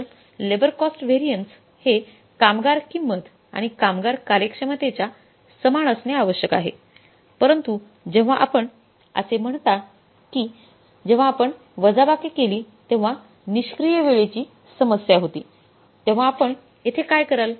तर labour cost variance हे कामगार किंमत आणि कामगार कार्यक्षमतेच्या समान असणे आवश्यक आहे परंतु जेव्हा आपण असे म्हणता की जेव्हा आपण वजाबाकी केली तेव्हा निष्क्रिय वेळेची समस्या होती तेव्हा आपण येथे काय कराल